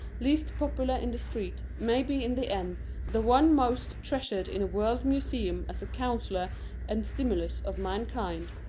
least popular in the street, may be in the end the one most treasured in a world-museum as a counsellor and stimulus of mankind.